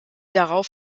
darauf